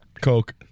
coke